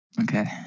Okay